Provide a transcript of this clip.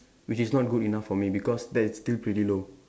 which is not good enough for me because that is still pretty low